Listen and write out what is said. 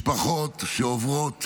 משפחות שעוברות